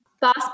Boss